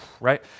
Right